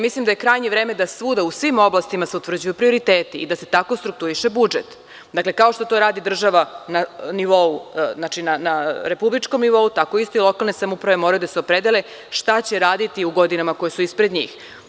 Mislim da je krajnje vreme da svuda u svim oblastima se utvrđuju prioriteti i da se tako struktuiše budžet, dakle, kao što to radi država na republičkom nivou, tako isto i lokalne samouprave moraju da se opredele šta će raditi u godinama koje su ispred njih.